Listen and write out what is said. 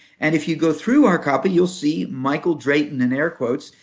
and if you go through our copy you'll see michael drayton, in air quotes,